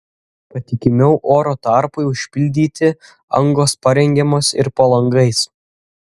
patikimiau oro tarpui užpildyti angos parengiamos ir po langais